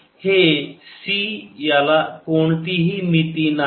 हे C याला कोणतीही मिती नाही